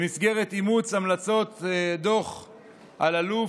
במסגרת אימוץ המלצות דוח אלאלוף,